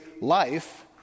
Life